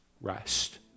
rest